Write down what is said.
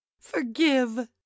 Forgive